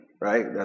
right